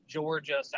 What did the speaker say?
Georgia